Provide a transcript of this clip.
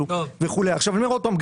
אני אומר עוד פעם,